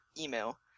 email